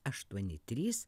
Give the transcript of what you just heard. aštuoni trys